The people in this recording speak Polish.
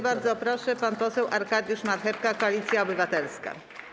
Bardzo proszę, pan poseł Arkadiusz Marchewka, Koalicja Obywatelska.